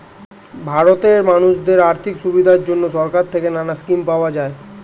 ভারতে মানুষদের আর্থিক সুবিধার জন্যে সরকার থেকে নানা স্কিম পাওয়া যায়